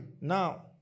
now